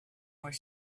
were